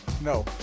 No